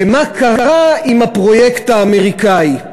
ומה קרה עם הפרויקט האמריקני.